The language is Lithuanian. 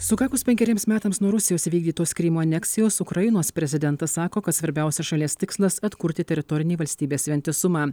sukakus penkeriems metams nuo rusijos įvykdytos krymo aneksijos ukrainos prezidentas sako svarbiausias šalies tikslas atkurti teritorinį valstybės vientisumą